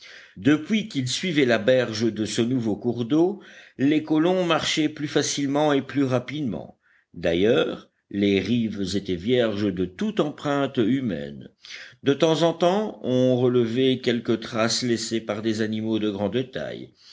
depuis qu'ils suivaient la berge de ce nouveau cours d'eau les colons marchaient plus facilement et plus rapidement d'ailleurs les rives étaient vierges de toute empreinte humaine de temps en temps on relevait quelques traces laissées par des animaux de grande taille